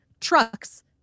trucks